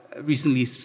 recently